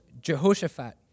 Jehoshaphat